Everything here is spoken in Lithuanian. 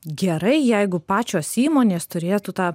gerai jeigu pačios įmonės turėtų tą